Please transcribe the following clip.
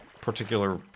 particular